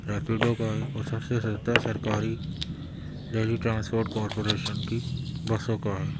ریپیڈو کا ہے اور سب سے سستا سرکاری دہلی ٹرانسپورٹ کارپوریشن کی بسوں کا ہے